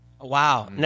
Wow